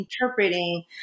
interpreting